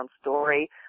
story